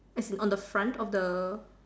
as in on the front of the